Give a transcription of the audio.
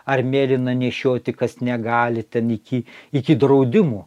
ar mėlyną nešioti kas negali ten iki iki draudimų